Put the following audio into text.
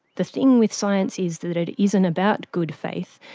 the thing with science is that it isn't about good faith,